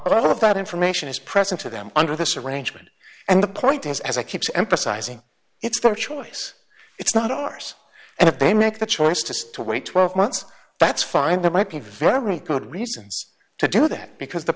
all of that information is present to them under this arrangement and the point is as i keeps emphasizing it's pro choice it's not ours and if they make the choice to to wait twelve months that's fine there might be very good reasons to do that because the